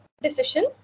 decision